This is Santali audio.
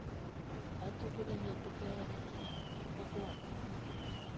ᱟᱛᱳ ᱠᱚᱨᱮ ᱦᱮᱡ ᱠᱟᱛᱮ ᱟᱠᱚᱣᱟᱜ